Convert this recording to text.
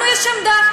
לנו יש עמדה,